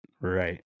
right